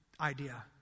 idea